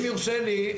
אם יורשה לי,